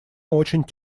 очень